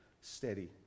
steady